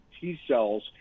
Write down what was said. t-cells